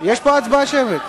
יש פה הצבעה שמית.